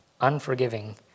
unforgiving